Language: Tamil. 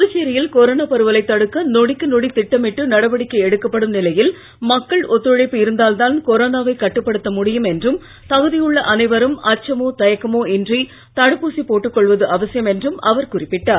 புதுச்சேரியில் கொரோனா பரவலைத் தடுக்க நொடிக்கு நொடி திட்டமிட்டு நடவடிக்கை எடுக்கப்படும் நிலையில் மக்கள் ஒத்துழைப்பு இருந்தால்தான் கொரோனாவைக் கட்டுப்படுத்த முடியும் என்றும் தகுதியுள்ள அனைவரும் அச்சமோ தயக்கமோ இன்றி தடுப்பூசி போட்டுக் கொள்வது அவசியம் என்று அவர் குறிப்பிட்டார்